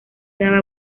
daba